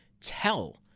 tell